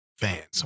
fans